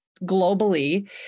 globally